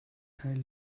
teil